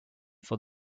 for